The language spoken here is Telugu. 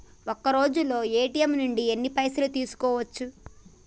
ఒక్కరోజులో ఏ.టి.ఎమ్ నుంచి ఎన్ని పైసలు తీసుకోవచ్చు?